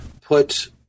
put